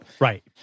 right